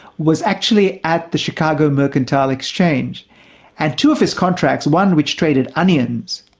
was actually at the chicago mercantile exchange and two of his contracts, one which traded onions,